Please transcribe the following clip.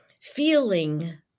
feeling